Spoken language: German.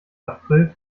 april